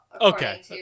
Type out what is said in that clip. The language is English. Okay